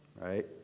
right